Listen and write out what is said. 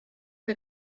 que